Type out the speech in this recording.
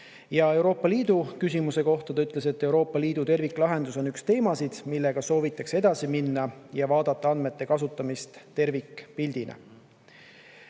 Ja Euroopa Liidu küsimuse kohta ta ütles, et Euroopa Liidu terviklahendus on üks teemasid, millega soovitakse edasi minna ja vaadata andmete kasutamist tervikpildina. Andre